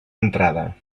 entrada